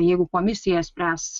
jeigu komisija spręs